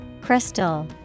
Crystal